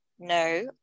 no